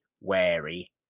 wary